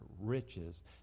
riches